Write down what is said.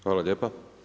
Hvala lijepa.